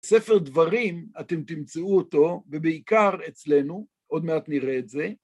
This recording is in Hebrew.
ספר דברים, אתם תמצאו אותו, ובעיקר אצלנו, עוד מעט נראה את זה.